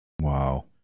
Wow